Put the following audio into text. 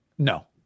No